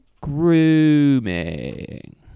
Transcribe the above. grooming